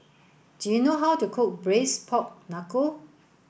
do you know how to cook braised pork knuckle